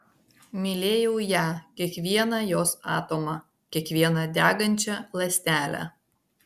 mylėjau ją kiekvieną jos atomą kiekvieną degančią ląstelę